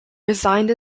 resigned